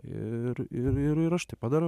ir ir ir aš tai padarau